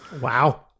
Wow